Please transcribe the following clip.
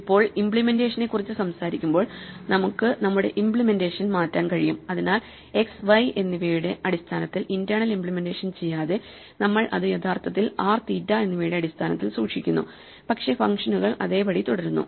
ഇപ്പോൾ ഇമ്പ്ലിമെന്റേഷനെക്കുറിച്ച് സംസാരിക്കുമ്പോൾ നമുക്ക് നമ്മുടെ ഇമ്പ്ലിമെന്റേഷൻ മാറ്റാൻ കഴിയും അതിനാൽ x y എന്നിവയുടെ അടിസ്ഥാനത്തിൽ ഇന്റേണൽ ഇമ്പ്ലിമെന്റേഷൻ ചെയ്യാതെ നമ്മൾ അത് യഥാർത്ഥത്തിൽ r തീറ്റ എന്നിവയുടെ അടിസ്ഥാനത്തിൽ സൂക്ഷിക്കുന്നു പക്ഷേ ഫംഗ്ഷനുകൾ അതേപടി തുടരുന്നു